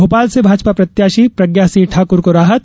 भोपाल से भाजपा प्रत्याशी प्रज्ञा सिंह ठाकुर को राहत